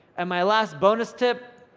and my last bonus tip,